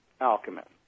alchemist